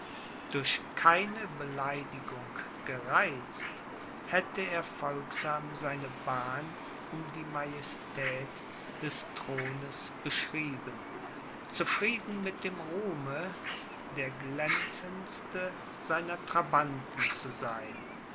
durch keine beleidigung gereizt hätte er folgsam seine bahn um die majestät des thrones beschrieben zufrieden mit dem ruhme der glänzendste seiner trabanten zu sein